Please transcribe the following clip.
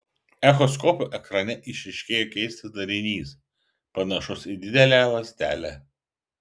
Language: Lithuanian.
echoskopo ekrane išryškėjo keistas darinys panašus į didelę ląstelę